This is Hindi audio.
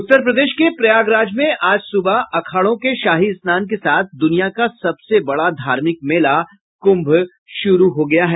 उत्तर प्रदेश में प्रयागराज में आज सुबह अखाड़ों के शाही स्नान के साथ दुनिया का सबसे बड़ा धार्मिक मेला कुम्भ शुरू हो गया है